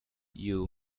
you